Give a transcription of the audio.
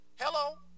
Hello